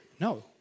No